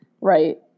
right